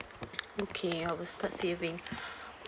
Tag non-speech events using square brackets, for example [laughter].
okay I will start saving [breath]